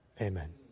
amen